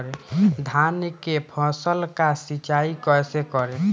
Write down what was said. धान के फसल का सिंचाई कैसे करे?